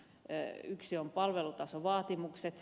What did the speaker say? yksi on palvelutasovaatimukset